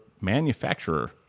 manufacturer